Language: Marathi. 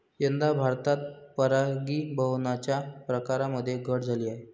यंदा भारतात परागीभवनाच्या प्रकारांमध्ये घट झाली आहे